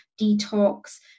detox